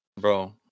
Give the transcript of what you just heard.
bro